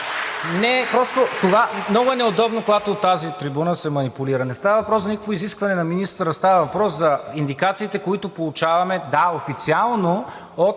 изискване – много е неудобно, когато от тази трибуна се манипулира, не става въпрос за никакво изискване на министъра, става въпрос за индикациите, които получаваме, да, официално от